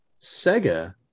Sega